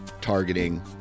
targeting